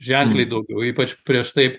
ženkliai daugiau ypač prieš taip